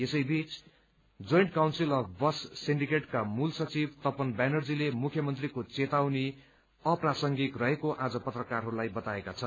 यसै बीच joint council of bus सिण्डीकेटका मूल संघिव तपन ब्यानज्रीले मुख्यमन्त्रीको चेतावनी अप्रसांगिक रहेको आज पत्रकारहस्लाई बताएका छन्